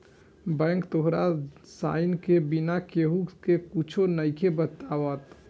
bank तोहार sign के बिना केहु के कुच्छो नइखे बतावत